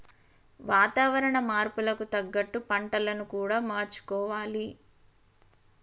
వాతావరణ మార్పులకు తగ్గట్టు పంటలను కూడా మార్చుకోవాలి